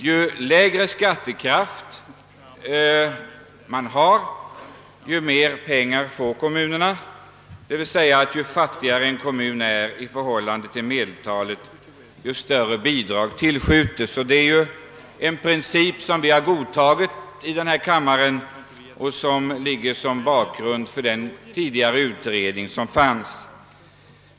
Ju lägre skattekraft kommunen har, ju mer pengar får kommunen, d.v.s. ju fattigare en kommun är i förhållande till medeltalet ju större bidrag tillskjuts av staten. Detta är en princip som godtagits av riksdagen och som låg till grund för den tidigare utredningen.